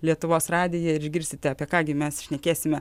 lietuvos radiją ir išgirsite apie ką gi mes šnekėsime